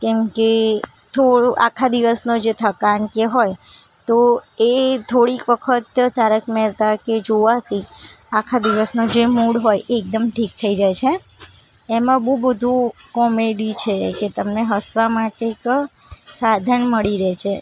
કેમ કે થોડું આખા દિવસનો જે થકાન કે હોય તો એ થોડીક વખત તારક મહેતા કે જોવાથી આખા દિવસનો જે મૂડ હોય એ એકદમ ઠીક થઇ જાય છે એમાં બહુ બધુ કૉમેડી છે કે તમને હસવા માટે એક સાધન મળી રહે છે